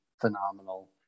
phenomenal